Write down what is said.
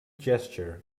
gesture